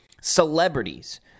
celebrities